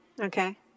Okay